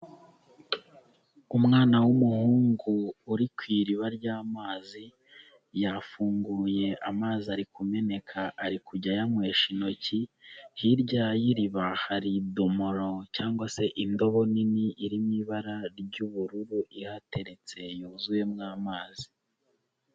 Umwana w'umuhungu uri ku iriba ry'amazi yafunguye amazi ari kumeneka, ari kujya ayanywesha intoki, hirya y'iriba hari idomoro cyangwa se indobo nini iri mu ibara ry'ubururu ihateretse yuzuyemo amazi.